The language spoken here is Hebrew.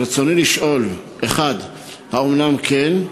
רצוני לשאול: 1. האומנם כן?